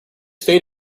fade